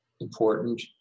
important